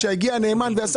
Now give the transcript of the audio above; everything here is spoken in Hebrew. כשיגיע הנאמן הוא יעשה